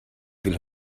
will